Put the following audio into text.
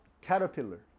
caterpillar